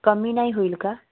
कमी नाही होईल का